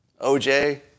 OJ